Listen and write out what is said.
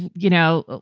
you know,